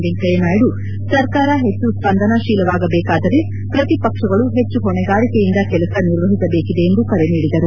ವೆಂಕಯ್ಯನಾಯ್ದು ಸರ್ಕಾರ ಹೆಚ್ಚು ಸ್ಪಂದನಾಶೀಲವಾಗಬೇಕಾದರೆ ಪ್ರತಿಪಕ್ಷಗಳು ಹೆಚ್ಚು ಹೊಣೆಗಾರಿಕೆಯಿಂದ ಕೆಲಸ ನಿರ್ವಹಿಸಬೇಕಿದೆ ಎಂದು ಕರೆ ನೀಡಿದರು